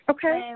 Okay